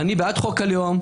אני בעד חוק הלאום.